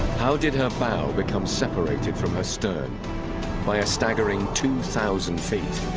how did her bow become separated from her stern by a staggering two thousand feet?